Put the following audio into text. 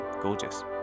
gorgeous